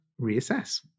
reassess